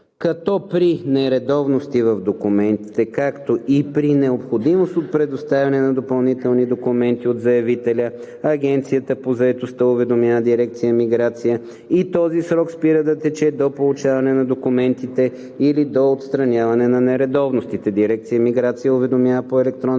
като при нередовности в документите, както и при необходимост от предоставяне на допълнителни документи от заявителя Агенцията по заетостта уведомява дирекция „Миграция“ и този срок спира да тече до получаване на документите или до отстраняване на нередовностите. Дирекция „Миграция“ уведомява по електронен